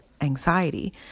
anxiety